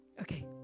Okay